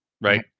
right